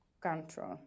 control